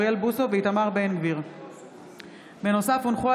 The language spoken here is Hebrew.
אוריאל בוסו ואיתמר בן גביר בנושא: התנהלות חקירת רצח משפחת כדורי.